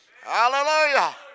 Hallelujah